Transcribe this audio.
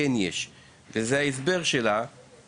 ששם כן יש וזה ההסבר שנתנה לכך רנאא.